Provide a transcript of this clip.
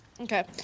Okay